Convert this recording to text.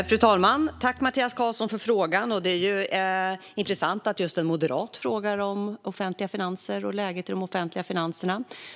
Fru talman! Tack, Mattias Karlsson, för frågan! Det är intressant att just en moderat frågar om läget i de offentliga finanserna.